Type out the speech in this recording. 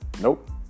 nope